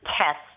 test